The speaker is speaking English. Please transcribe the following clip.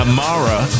Amara